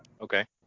Okay